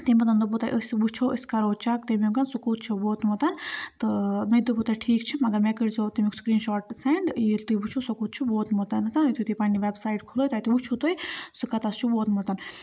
تَمہِ پَتہٕ دوٚپوُ تۄہہِ أسۍ وٕچھو أسۍ کَرو چَک تَمیُک سُہ کوٚت چھِ ووتمُت تہٕ مےٚ تہِ دوٚپوُ تۄہہِ ٹھیٖک چھِ مگر مےٚ کٔرۍزیو تَمیُک سِکریٖن شاٹ تہٕ سٮ۪نٛڈ ییٚلہِ تُہۍ وٕچھِو سُہ کوٚت چھِ ووتمُتَنَتھ یُتھُے تُہۍ پنٛنہِ وٮ۪بسایٹ کھُلٲیِو تَتہِ وٕچھُو تُہۍ سُہ کَتَس چھِ ووتمُت